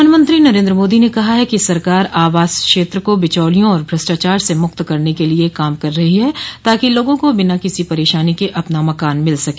प्रधानमंत्री नरेन्द्र मोदी ने कहा है कि सरकार आवास क्षेत्र को बिचौलियों और भ्रष्टाचार से मुक्त करन के लिए काम कर रही है ताकि लोगों को बिना किसी परेशानी के अपना मकान मिल सके